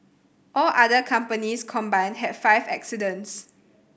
all other companies combined had five accidents